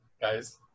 guys